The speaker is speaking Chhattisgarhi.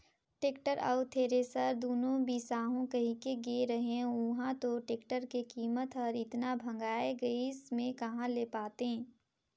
टेक्टर अउ थेरेसर दुनो बिसाहू कहिके गे रेहेंव उंहा तो टेक्टर के कीमत हर एतना भंगाए गइस में कहा ले पातें